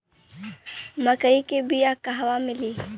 मक्कई के बिया क़हवा मिली?